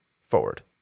forward